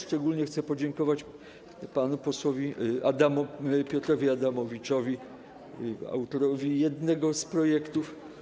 Szczególnie chcę podziękować panu posłowi Piotrowi Adamowiczowi, autorowi jednego z projektów.